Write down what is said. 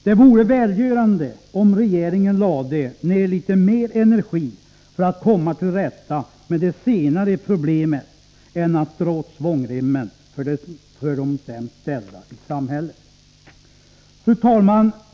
Det vore välgörande om regeringen lade ner lite mer energi på att komma till rätta med det senare problemet i stället för att dra åt svångremmen för de sämst ställda i samhället. Fru talman!